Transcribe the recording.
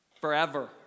forever